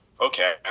okay